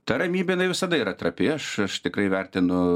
ta ramybė jinai visada yra trapi aš aš tikrai vertinu